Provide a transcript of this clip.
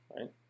right